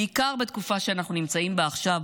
בעיקר בתקופה שאנחנו נמצאים בה עכשיו,